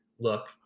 look